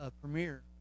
premiere